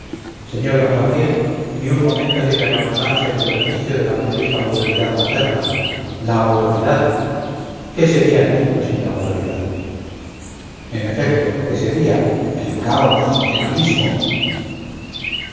sr d gabriel ni un momento debe abandonarse el ejercicio de la prolija autoridad materna la autoridad qué sería del mundo sin la autoridad en efecto qué sería el caos el abismo